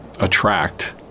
attract